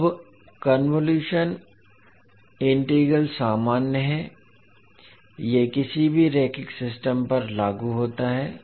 अब convolution integral सामान्य है यह किसी भी रैखिक सिस्टम पर लागू होता है